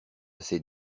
ces